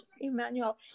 Emmanuel